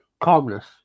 calmness